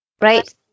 right